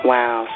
Wow